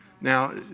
Now